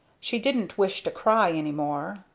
she didn't wish to cry any more,